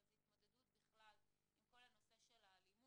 אבל זה התמודדות בכלל עם כל הנושא של האלימות,